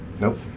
Nope